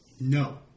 No